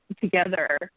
together